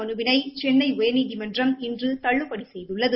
மனுவினை சென்னை உயர்நீதிமன்றம் இன்று தள்ளுபடி செய்துள்ளது